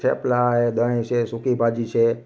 થેપલાં છે દહીં છે સૂકીભાજી છે